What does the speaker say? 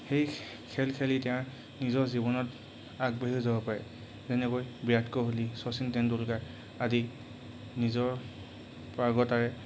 সেই খেল খেলি তেওঁ নিজৰ জীৱনত আগবাঢ়িও যাব পাৰে যেনেকৈ বিৰাট কোহলি শচীন তেটেণ্ডুলকাৰ আদি নিজৰ পাৰ্গতাৰে